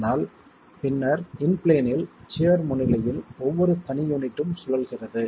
ஆனால் பின்னர் இன் பிளேன்னில் சியர் முன்னிலையில் ஒவ்வொரு தனி யூனிட்டும் சுழல்கிறது